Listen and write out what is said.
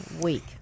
week